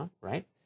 right